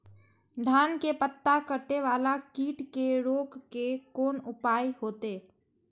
धान के पत्ता कटे वाला कीट के रोक के कोन उपाय होते?